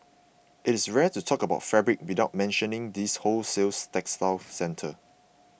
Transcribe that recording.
it is rare to talk about fabrics without mentioning this wholesale textile centre